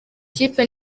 kipe